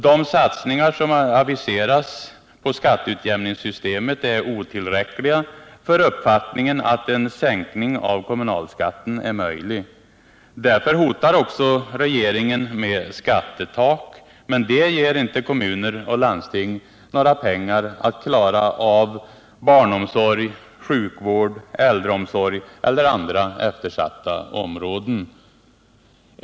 De satsningar på skatteutjämningssystemet som aviseras är otillräckliga för att motivera uppfattningen att en sänkning av kommunalskatten är möjlig. Därför hotar också regeringen med skattetak, men det ger inte kommuner och landsting några pengar att klara av barnomsorg, sjukvård, äldreomsorg eller andra eftersatta områden.